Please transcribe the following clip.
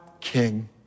king